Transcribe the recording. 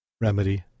remedy